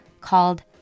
called